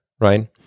right